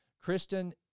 Kristen